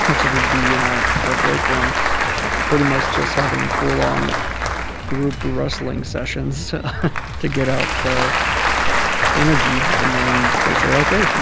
and so we'd be in our our break room pretty much just having full on group wrestling sessions to get out energy and then they'd say, ok,